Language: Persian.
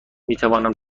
میتوانم